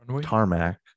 Tarmac